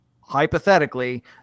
hypothetically